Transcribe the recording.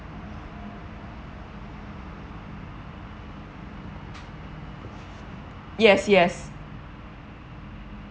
yes yes